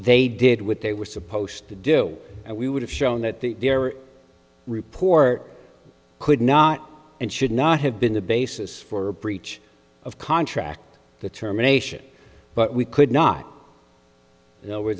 they did what they were supposed to do and we would have shown that the report could not and should not have been the basis for breach of contract the terminations but we could not know where